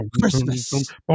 Christmas